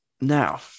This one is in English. Now